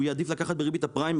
הוא יעדיף לקחת בריבית הפריים,